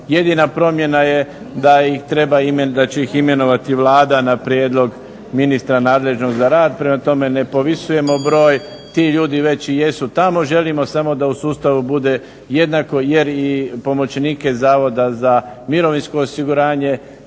jedina promjena je da će ih imenovati Vlada na prijedlog ministra nadležnog za rad. Prema tome, ne povisujemo broj, ti ljudi već i jesu tamo, želimo samo da u sustavu bude jednako jer i pomoćnike Zavoda za mirovinsko osiguranje,